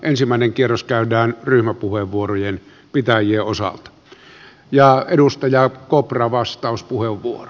ensimmäinen kierros käydään ryhmäpuheenvuorojen käyttäjien osalta